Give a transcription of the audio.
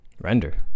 Render